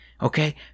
Okay